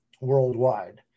worldwide